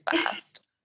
fast